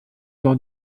dans